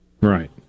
Right